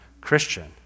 Christian